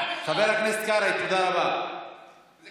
כלל וכלל לא, מבחינת נתניהו, אין שום חשיבות